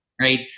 right